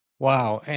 wow, and